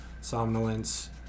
somnolence